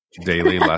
daily